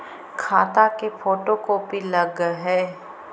खाता के photo copy लगहै?